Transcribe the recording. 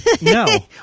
No